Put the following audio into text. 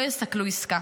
לא יסכלו עסקה.